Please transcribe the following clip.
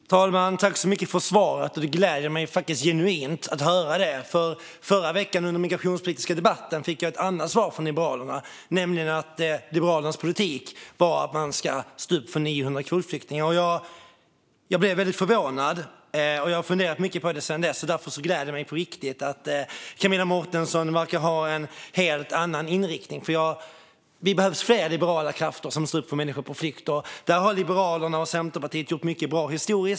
Fru talman! Jag tackar så mycket för svaret. Det gläder mig genuint att höra det. Under den migrationspolitiska debatten förra veckan fick jag nämligen ett annat svar från Liberalerna, att Liberalernas politik var att stå upp för att det ska vara 900 kvotflyktingar. Jag blev förvånad och har funderat mycket på det sedan dess. Därför gläder det mig verkligen att Camilla Mårtensen verkar ha en helt annan inriktning. Vi behöver vara fler liberala krafter som står upp för människor på flykt. Historiskt har Liberalerna och Centerpartiet gjort mycket bra där.